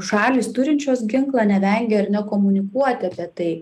šalys turinčios ginklą nevengia ar ne komunikuoti apie tai